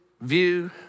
view